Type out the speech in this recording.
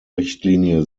richtlinie